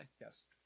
Yes